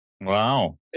Wow